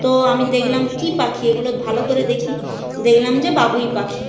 তো আমি দেখলাম কী পাখি এগুলো ভালো করে দেখি দেখলাম যে বাবুই পাখি